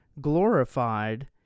glorified